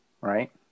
right